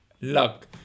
luck